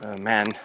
man